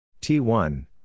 T1